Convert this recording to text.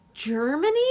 Germany